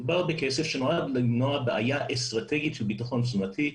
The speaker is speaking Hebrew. מדובר בכסף שנועד למנוע בעיה אסטרטגית של בטחון תזונתי,